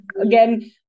again